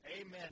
Amen